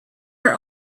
are